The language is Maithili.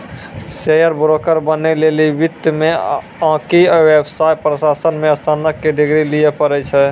शेयर ब्रोकर बनै लेली वित्त मे आकि व्यवसाय प्रशासन मे स्नातक के डिग्री लिये पड़ै छै